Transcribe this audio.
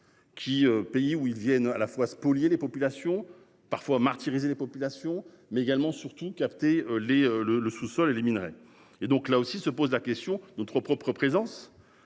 pays où ils viennent à la fois spolier les populations parfois martyriser les populations mais également surtout capter les le le sous-sol éliminerait et donc là aussi se pose la question. Notre propre présence.